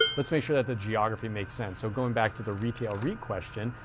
let's make sure that the geography makes sense. so going back to the retail reit question,